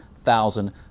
thousand